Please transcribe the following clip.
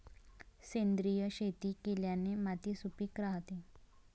सेंद्रिय शेती केल्याने माती सुपीक राहते